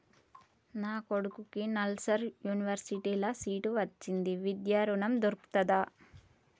నా కొడుకుకి నల్సార్ యూనివర్సిటీ ల సీట్ వచ్చింది విద్య ఋణం దొర్కుతదా?